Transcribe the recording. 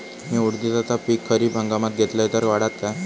मी उडीदाचा पीक खरीप हंगामात घेतलय तर वाढात काय?